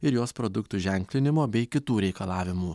ir jos produktų ženklinimo bei kitų reikalavimų